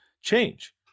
change